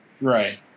right